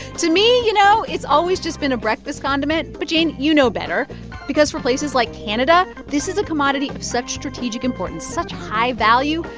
to me, you know, it's always just been a breakfast condiment. but jane, you know better because for places like canada, this is a commodity of such strategic importance, such high value,